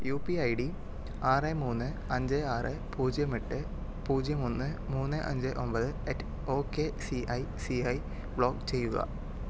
U P I D ആറ് മൂന്ന് അഞ്ച് ആറ് പൂജ്യം എട്ട് പൂജ്യം ഒന്ന് മൂന്ന് അഞ്ച് ഒൻപത് at okay C I C I block ചെയ്യുക